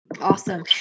Awesome